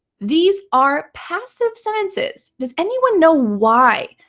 these are passive sentences. does anyone know why?